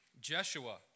Jeshua